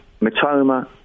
Matoma